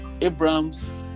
Abraham's